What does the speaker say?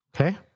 Okay